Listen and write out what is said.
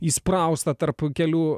įspraustą tarp kelių